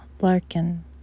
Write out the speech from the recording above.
Larkin